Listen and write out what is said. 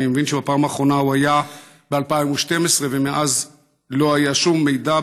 אני מבין שבפעם האחרונה הוא היה ב-2012 ומאז לא היה שום מידע,